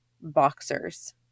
boxers